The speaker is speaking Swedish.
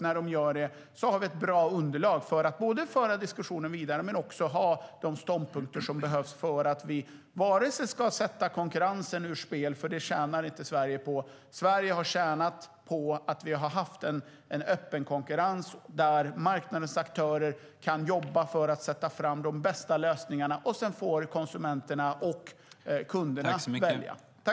När de gör det har vi ett bra underlag för att både föra diskussionen vidare och ha de ståndpunkter som behövs för att inte sätta konkurrensen ur spel, för det tjänar Sverige inte på. Sverige har tjänat på att vi har haft en öppen konkurrens där marknadens aktörer kan jobba för att ta fram de bästa lösningarna. Sedan får konsumenterna och kunderna välja.